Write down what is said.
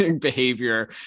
behavior